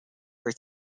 were